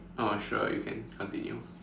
oh sure you can continue